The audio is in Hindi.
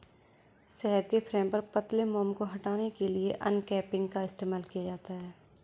शहद के फ्रेम पर पतले मोम को हटाने के लिए अनकैपिंग का इस्तेमाल किया जाता है